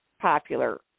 popular